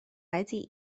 wedi